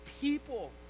people